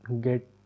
get